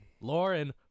Lauren